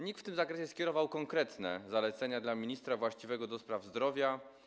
NIK w tym zakresie skierował konkretne zalecenia do ministra właściwego do spraw zdrowia.